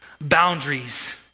boundaries